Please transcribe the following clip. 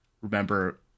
remember